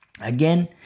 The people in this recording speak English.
again